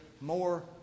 more